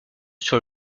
sur